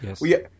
yes